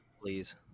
Please